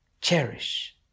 cherish